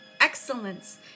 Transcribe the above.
Excellence